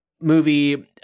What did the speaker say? movie